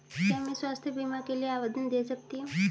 क्या मैं स्वास्थ्य बीमा के लिए आवेदन दे सकती हूँ?